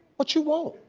what you want?